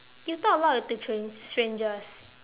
you talk a lot to strange~ strangers